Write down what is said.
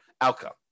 outcome